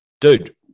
dude